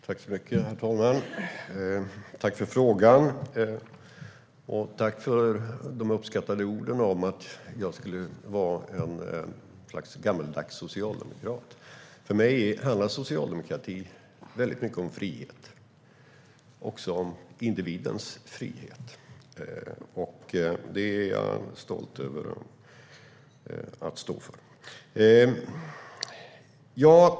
Herr talman! Tack för frågan, och tack för de uppskattande orden om att jag skulle vara en gammaldags socialdemokrat! För mig handlar socialdemokrati väldigt mycket om frihet, också om individens frihet. Det är jag stolt över att stå för.